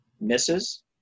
misses